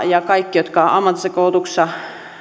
ja kaikille jotka ammatillisessa koulutuksessa